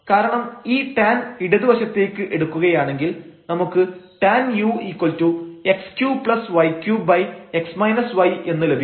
കാരണം ഈ tan ഇടതുവശത്തേക്ക് എടുക്കുകയാണെങ്കിൽ നമുക്ക് tan u x3y3x y എന്ന് ലഭിക്കും